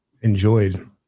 enjoyed